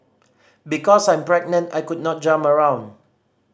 because I'm pregnant I could not jump around